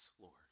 Lord